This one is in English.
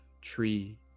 tree